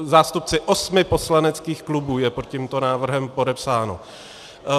Zástupci osmi poslaneckých klubů jsou pod tímto návrhem podepsáni.